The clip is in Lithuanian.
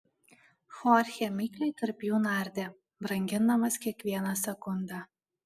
chorchė mikliai tarp jų nardė brangindamas kiekvieną sekundę